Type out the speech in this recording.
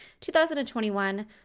2021